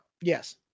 Yes